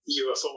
UFO